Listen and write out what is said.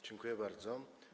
Dziękuję bardzo.